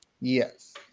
Yes